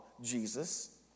Jesus